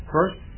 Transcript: First